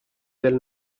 del